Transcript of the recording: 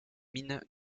mine